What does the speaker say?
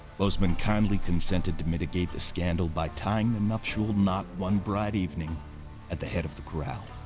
bozeman kindly consented to mitigate the scandal by tying the nuptial knot one bright evening at the head of the corral.